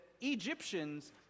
Egyptians